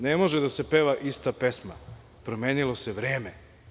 Ne može da se peva ista pesma, promenilo se vreme.